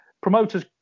promoters